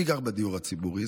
מי גר בדיור הציבורי?